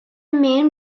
main